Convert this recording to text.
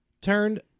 turned